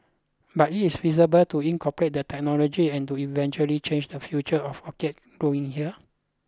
but is it feasible to incorporate the technology and to eventually change the future of orchid growing here